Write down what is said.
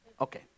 Okay